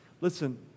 Listen